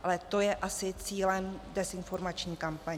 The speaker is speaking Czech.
Ale to je asi cílem dezinformační kampaně.